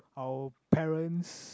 our parents